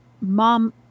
mom